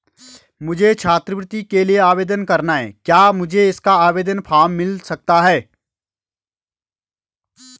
मुझे छात्रवृत्ति के लिए आवेदन करना है क्या मुझे इसका आवेदन फॉर्म मिल सकता है?